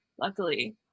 luckily